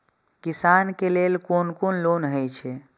किसान के लेल कोन कोन लोन हे छे?